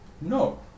No